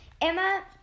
Emma